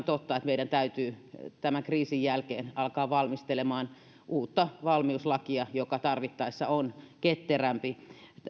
totta että meidän täytyy tämän kriisin jälkeen alkaa valmistelemaan uutta valmiuslakia joka tarvittaessa on ketterämpi